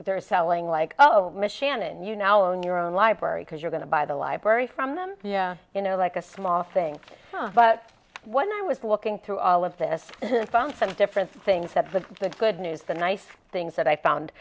they're selling like oh miss shannon you now own your own library because you're going to buy the library from them you know like a small thing but when i was looking through all of this found some different things that but the good news the nice things that i found